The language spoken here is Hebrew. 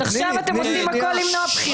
עכשיו אתם עושים הכול למנוע בחירות.